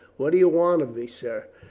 what do you want of me, sir?